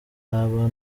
haba